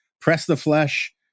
press-the-flesh